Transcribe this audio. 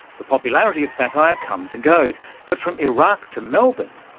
the popularity of satire comes and goes but, from iraq to melbourne,